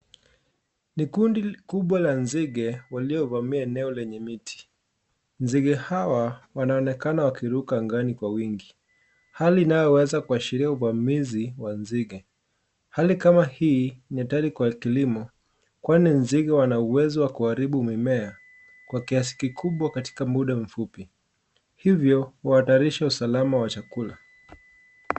NI kundi kubwa la nzige waliovamia eneo lenye miti, nzige hawa wanaonekana wakiruka angani Kwa wingi. Hali inayoweza kuashiria uvamizi wa nzige, hali kama hii ni hatari kwa kilimo kwani nzige Wana uwezo wa kuharibu mimea Kwa kiasi kikubwa katika muda mfupi, hivyo huhatarisha usalama wa chakula.